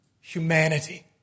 humanity